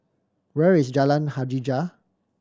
where is Jalan Hajijah